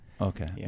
Okay